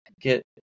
get